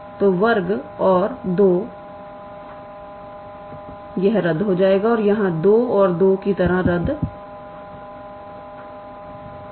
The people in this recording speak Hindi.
तो वर्ग और 2 यह रद्द हो जाएगा और यहाँ 2 और 2 रद्द हो जाएंगे